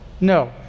No